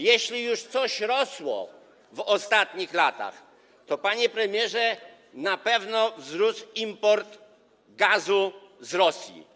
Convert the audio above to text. Jeśli już coś rosło w ostatnich latach, to, panie premierze, na pewno wzrósł import gazu z Rosji.